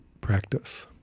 practice